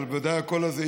אבל ודאי הקול הזה יישמע.